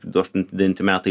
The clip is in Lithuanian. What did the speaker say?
du aštunti devinti metai